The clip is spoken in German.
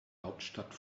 hauptstadt